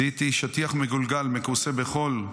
זיהיתי שטיח מגולגל מכוסה בחול,